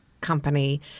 company